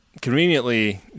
conveniently